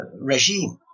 regime